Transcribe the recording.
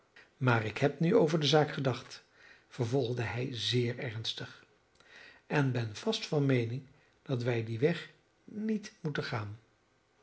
maar ik heb nu over de zaak gedacht vervolgde hij zeer ernstig en ben vast van meening dat wij dien weg niet moeten gaan